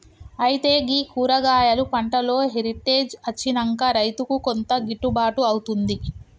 అయితే గీ కూరగాయలు పంటలో హెరిటేజ్ అచ్చినంక రైతుకు కొంత గిట్టుబాటు అవుతుంది